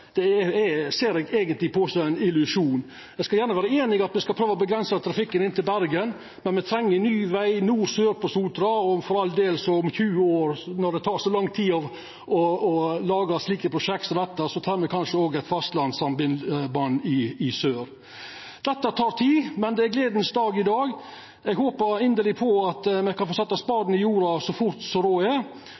skulle auka personbiltrafikken, ser eg eigentleg på som ein illusjon. Eg skal gjerne vera einig i at me skal prøva å avgrensa trafikken inn til Bergen, men me treng ny veg no sør på Sotra, og for all del: Om 20 år, når det tek så lang tid å laga slike prosjekt som dette, treng me kanskje òg eit fastlandssamband i sør. Dette tek tid, men det er ein gledas dag i dag. Eg håpar inderleg på at me kan få setja spaden i jorda så fort som råd er.